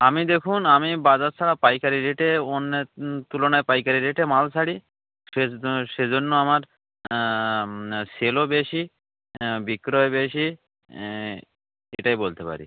আমি দেখুন আমি বাজার ছাড়া পাইকারি রেটে অন্যের তুলনায় পাইকারি রেটে মাল ছাড়ি সেজ সে জন্য আমার সেলও বেশি হ্যাঁ বিক্রয় বেশি এটাই বলতে পারি